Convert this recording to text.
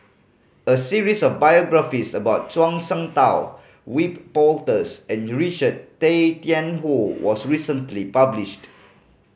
a series of biographies about Zhuang Shengtao Wiebe Wolters and Richard Tay Tian Hoe was recently published